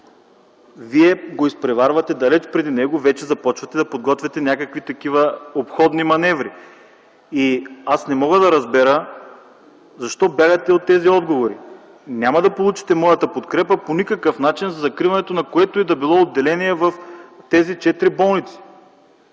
реформа, и далеч преди него започвате да подготвяте обходни маневри. Не мога да разбера защо бягате от тези отговори? Няма да получите моята подкрепа по никакъв начин за закриването на което и да е отделение в тези четири болници,